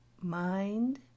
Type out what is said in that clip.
mind